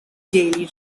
daily